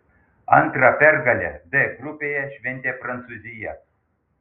antrą pergalę d grupėje šventė prancūzija